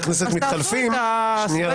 הכנסת מתחלפים --- אז תעשו את --- שנייה,